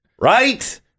Right